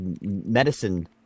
medicine